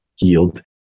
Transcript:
yield